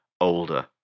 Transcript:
older